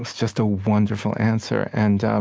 just a wonderful answer. and um